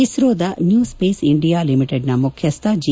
ಇಸ್ತೋದ New ಸ್ವೇಸ್ India ಲಿಮಿಟೆಡ್ನ ಮುಖ್ಯಸ್ಥ ಜಿ